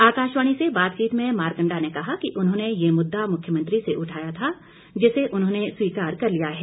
आकाशवाणी से बातचीत में मारकंडा ने कहा कि उन्होंने ये मुददा मुख्यमंत्री से उठाया था जिसे उन्होंने स्वीकार कर लिया है